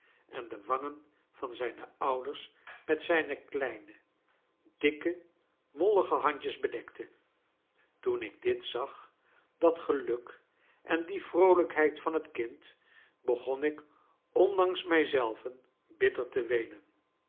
en de wangen van zijne ouders met zijne kleine dikke mollige handjes bedekte toen ik dit zag dat geluk en die vroolijkheid van het kind begon ik ondanks mij zelven bitter te weenen